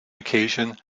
occasion